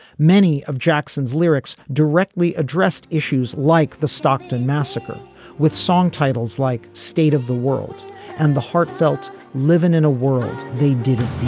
many of jackson's lyrics directly addressed issues like the stockton massacre with song titles like state of the world and the heartfelt living in a world they didn't.